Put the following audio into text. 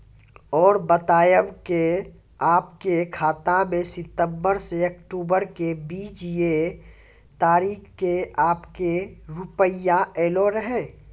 और बतायब के आपके खाते मे सितंबर से अक्टूबर के बीज ये तारीख के आपके के रुपिया येलो रहे?